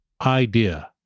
idea